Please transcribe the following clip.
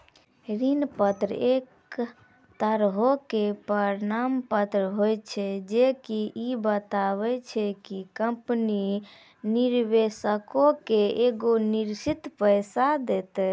ऋण पत्र एक तरहो के प्रमाण पत्र होय छै जे की इ बताबै छै कि कंपनी निवेशको के एगो निश्चित पैसा देतै